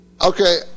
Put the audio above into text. Okay